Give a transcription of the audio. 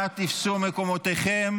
אנא תפסו מקומותיכם.